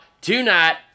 tonight